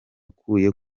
kuri